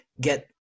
get